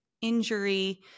injury